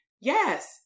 Yes